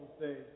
say